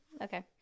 Okay